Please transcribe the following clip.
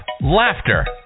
laughter